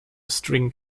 string